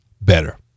better